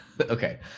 okay